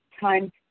time